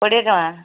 କୋଡ଼ିଏ ଟଙ୍କା